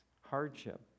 hardship